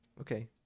okay